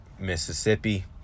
Mississippi